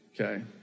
okay